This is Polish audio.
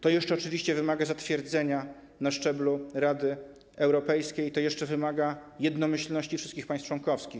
To jeszcze oczywiście wymaga zatwierdzenia na szczeblu Rady Europejskiej, to jeszcze wymaga jednomyślności wszystkich państw członkowskich.